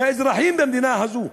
כאזרחים במדינה הזו,